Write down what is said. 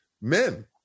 men